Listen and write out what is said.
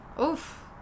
Oof